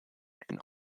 and